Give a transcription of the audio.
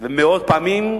ומאות פעמים,